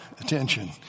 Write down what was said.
attention